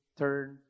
turn